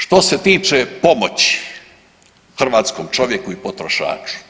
Što se tiče pomoći hrvatskom čovjeku i potrošaču.